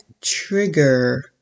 trigger